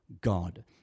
God